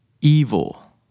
Evil